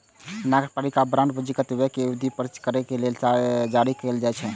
नगरपालिका बांड पूंजीगत व्यय कें वित्तपोषित करै लेल जारी कैल जाइ छै